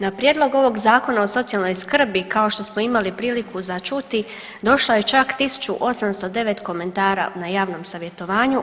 Na prijedlog ovog Zakona o socijalnoj skrbi kao što smo imali priliku za čuti došlo je čak 1809 komentara na javnom savjetovanju.